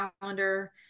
calendar